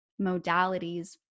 modalities